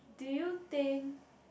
do you think